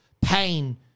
pain